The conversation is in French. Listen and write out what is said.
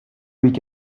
week